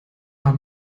war